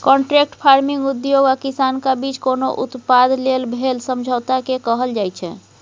contract farming उद्योग आ किसानक बीच कोनो उत्पाद लेल भेल समझौताकेँ कहल जाइ छै